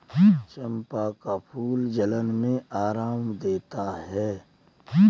चंपा का फूल जलन में आराम देता है